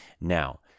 Now